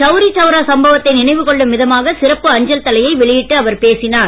சவுரி சவுரா சம்பவத்தை நினைவு கொள்ளும் விதமாக சிறப்பு அஞ்சல் தலையை வெளியிட்டு பேசினார்